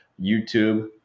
YouTube